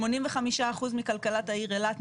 85% לכלכלת העיר אילת,